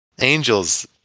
Angels